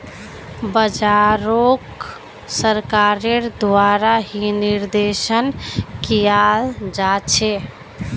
बाजारोक सरकारेर द्वारा ही निर्देशन कियाल जा छे